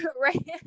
right